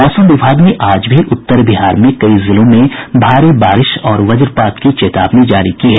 मौसम विभाग ने आज भी उत्तर बिहार के कई जिलों में भारी बारिश और वज्रपात की चेतावनी जारी की है